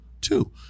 two